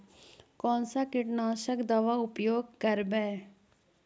कोन सा कीटनाशक दवा उपयोग करबय?